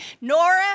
Nora